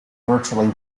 virtually